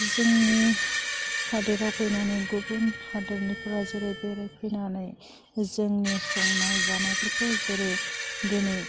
जोंनि हादोराव फैनानै गुबुन हादोरनिफ्रा जेरै बेरायफैनानै जोंनि संनाय जानायफोरखौ जेरै दिनै